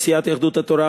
מסיעת יהדות התורה,